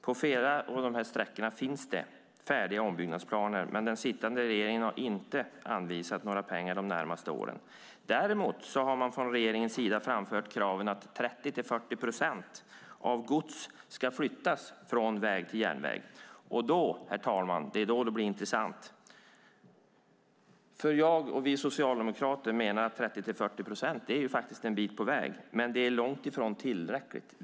På flera av dessa sträckor finns färdiga ombyggnadsplaner, men den sittande regeringen har inte anvisat några pengar de närmaste åren. Däremot har man från regeringens sida framfört kraven att 30-40 procent av gods ska flyttas från väg till järnväg. Och det är då, herr talman, som det blir intressant. Jag och vi socialdemokrater menar att 30-40 procent faktiskt är en bit på väg men långt ifrån tillräckligt.